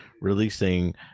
releasing